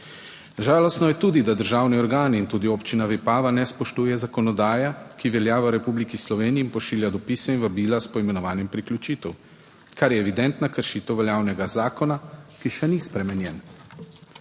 Žalostno je tudi, da državni organi in tudi Občina Vipava ne spoštuje zakonodaje, ki velja v Republiki Sloveniji in pošilja dopise in vabila s poimenovanjem priključitev, kar je evidentna kršitev veljavnega zakona, ki še ni spremenjen.